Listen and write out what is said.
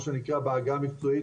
מה שנקרא בהגה המקצועית